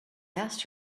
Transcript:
asked